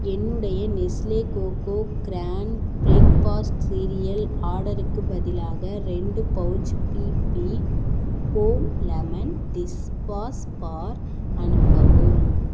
என்னுடைய Nestle Koko Krunch breakfast cereal ஆர்டருக்கு பதிலாக ரெண்டு pouch BB home lemon dish wash bar அனுப்பவும்